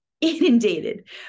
inundated